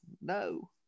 No